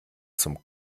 zum